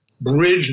bridge